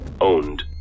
owned